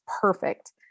perfect